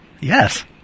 Yes